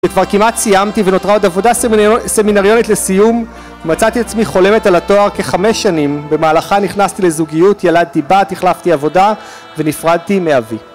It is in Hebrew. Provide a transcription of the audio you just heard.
כבר כמעט סיימתי ונותרה עוד עבודה סמינריונית לסיום מצאתי עצמי חולמת על התואר כחמש שנים במהלכה נכנסתי לזוגיות, ילדתי בת, החלפתי עבודה ונפרדתי מאבי